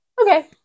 okay